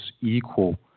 equal